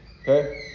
okay